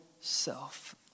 self